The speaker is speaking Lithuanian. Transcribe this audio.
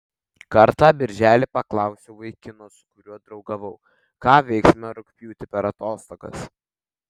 kartą birželį paklausiau vaikino su kuriuo draugavau ką veiksime rugpjūtį per atostogas